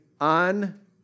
on